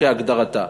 כהגדרתה,